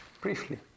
briefly